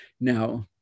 Now